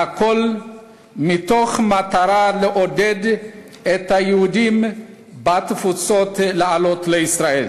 והכול מתוך מטרה לעודד את היהודים בתפוצות לעלות לישראל.